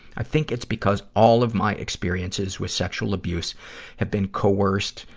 i think it's because all of my experiences with sexual abuse have been coerced,